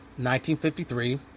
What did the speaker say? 1953